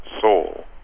soul